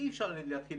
אי אפשר להתחיל